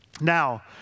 Now